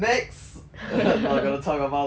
not gonna talk about that